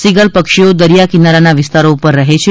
C ગલ પક્ષીઓ દરિયા કિનારાના વિસ્તારો પર રહે છે